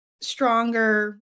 stronger